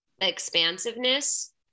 expansiveness